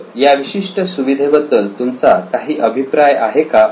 तर या विशिष्ट सुविधेबद्दल तुमचा काही अभिप्राय आहे काय